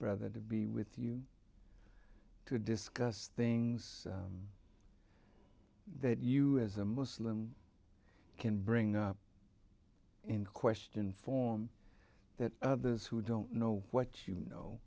brother to be with you to discuss things that you as a muslim can bring up in question form that others who don't know what you know